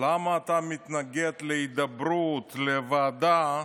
למה אתה מתנגד להידברות, לוועדה,